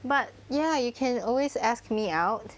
but ya you can always ask me out